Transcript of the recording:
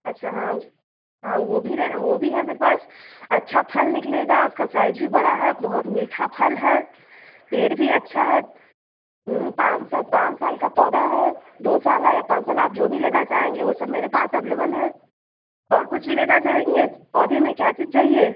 अच्छा हाँ उस हाँ वह भी रह वह भी है मेरे पास अच्छा फल निकलेगा उसका साइज भी बड़ा है बहुत मीठा फल है पेड़ भी अच्छा है पाँच सौ पान साल का पौधा है दो साला या पान साल आप जो भी लेना चाहेंगे वह सब मेरे पास अवलेबल हैं और कुछ भी लेना चाहेंगे पौधे में क्या चीज़ चाहिए